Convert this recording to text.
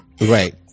Right